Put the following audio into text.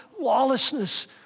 lawlessness